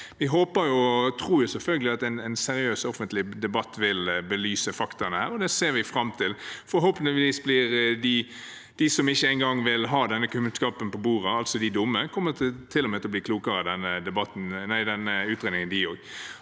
og tror selvfølgelig at en seriøs offentlig debatt vil belyse faktaene, og det ser vi fram til. Forhåpentligvis kommer de som ikke engang vil ha denne kunnskapen på bordet, altså de dumme, til og med til å bli kloke av denne utredningen, de også.